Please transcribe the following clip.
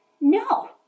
No